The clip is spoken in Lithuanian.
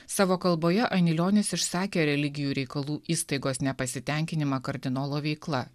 savo kalboje anilionis išsakė religijų reikalų įstaigos nepasitenkinimą kardinolo veikla